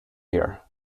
here